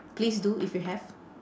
please do if you have